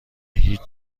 هیچ